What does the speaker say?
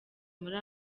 muri